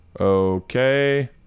Okay